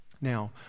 Now